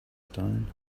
stone